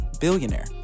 Billionaire